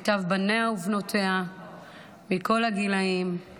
מיטב בניה ובנותיה של ישראל, מכל הגילים.